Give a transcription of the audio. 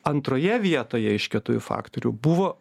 antroje vietoje iš keturių faktorių buvo